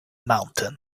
mountain